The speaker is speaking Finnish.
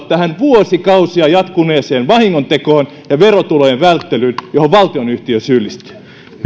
tähän vuosikausia jatkuneeseen vahingontekoon ja verotulojen välttelyyn johon valtionyhtiö syyllistyy